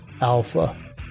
alpha